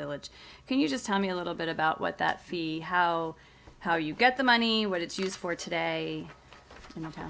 village can you just tell me a little bit about what that fee how how you get the money what it's used for today and auto